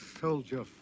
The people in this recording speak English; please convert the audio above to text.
soldier